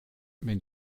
wenn